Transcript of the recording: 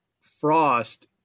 frost